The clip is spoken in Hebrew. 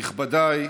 נכבדיי,